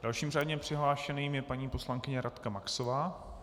Dalším řádně přihlášeným je paní poslankyně Radka Maxová.